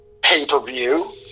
pay-per-view